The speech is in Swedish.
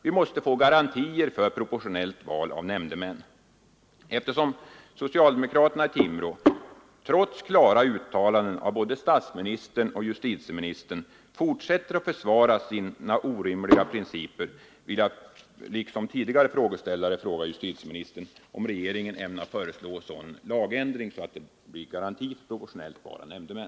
Vi måste få garantier för proportionellt val av nämndemän. Eftersom socialdemokraterna i Timrå trots klara uttalanden från både statsministern och justitieministern fortsätter att försvara sina orimliga principer, vill jag liksom tidigare frågeställare fråga justitieministern, om regeringen ämnar föreslå en lagändring, som ger rätt till proportionellt val av nämndemän.